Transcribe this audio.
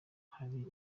hari